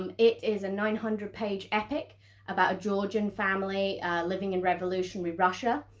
um it is a nine hundred page epic about a georgian family living in revolutionary russia.